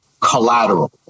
collateral